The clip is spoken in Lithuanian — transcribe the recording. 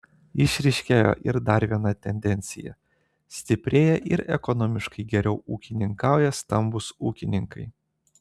išryškėjo ir dar viena tendencija stiprėja ir ekonomiškai geriau ūkininkauja stambūs ūkininkai